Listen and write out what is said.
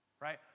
right